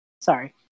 Sorry